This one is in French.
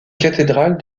cathédrale